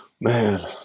Man